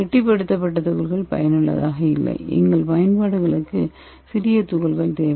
கெட்டிப்படுத்தப்பட்ட துகள்கள் பயனுள்ளதாக இல்லை எங்கள் பயன்பாடுகளுக்கு சிறிய துகள்கள் தேவை